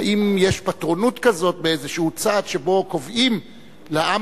האם יש פטרונות כזאת באיזשהו צד שבו קובעים לעם